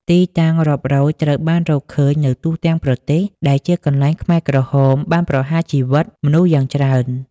ទីតាំងរាប់រយត្រូវបានរកឃើញនៅទូទាំងប្រទេស ដែលជាកន្លែងខ្មែរក្រហមបានប្រហារជីវិតមនុស្សយ៉ាងច្រើន។